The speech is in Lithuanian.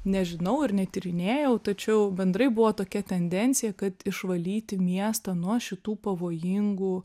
nežinau ir netyrinėjau tačiau bendrai buvo tokia tendencija kad išvalyti miestą nuo šitų pavojingų